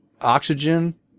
oxygen